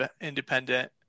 independent